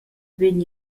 vegn